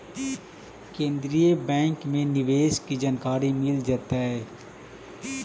केन्द्रीय बैंक में निवेश की जानकारी मिल जतई